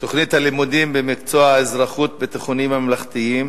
תוכנית הלימודים במקצוע האזרחות בתיכונים הממלכתיים,